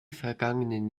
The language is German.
vergangenen